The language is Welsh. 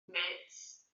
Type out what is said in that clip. mêts